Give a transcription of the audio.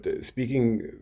speaking